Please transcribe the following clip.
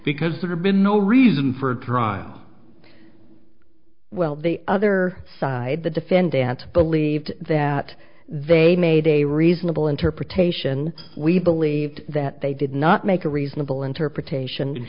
because there have been no reason for a trial well the other side the defendant believed that they made a reasonable interpretation we believed that they did not make a reasonable interpretation